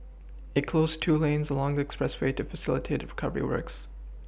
it closed two lanes along the expressway to facilitate recovery works